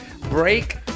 break